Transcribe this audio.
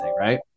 right